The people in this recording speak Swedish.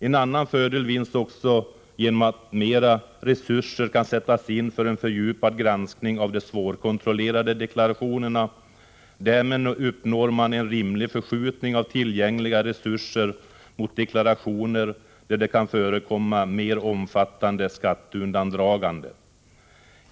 En annan fördel vinns också genom att mer resurser kan sättas in för en fördjupad granskning av de svårkontrollerade deklarationerna. Därmed uppnår man en rimlig förskjutning av tillgängliga resurser mot deklarationer där det kan förekomma mer omfattande skatteundandragande.